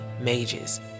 mages